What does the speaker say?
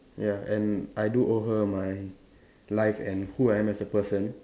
ya and I do owe her my life and who I am as a person